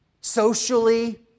socially